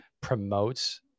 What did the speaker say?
promotes